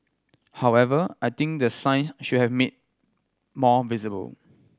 however I think the sign should have made more visible